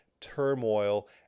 turmoil